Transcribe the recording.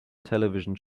television